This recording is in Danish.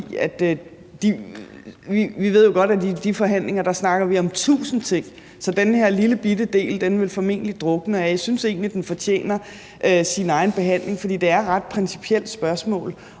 fordi vi jo godt ved, at i de forhandlinger snakker vi om tusind ting, så den her lillebitte del formentlig ville drukne. Jeg synes egentlig, at den fortjener sin egen behandling, fordi det er et ret principielt spørgsmål,